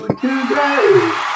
today